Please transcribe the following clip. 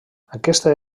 aquesta